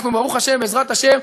אנחנו, ברוך השם, בעזרת השם,